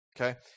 okay